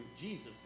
Jesus